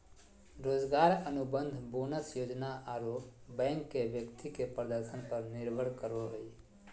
रोजगार अनुबंध, बोनस योजना आरो बैंक के व्यक्ति के प्रदर्शन पर निर्भर करो हइ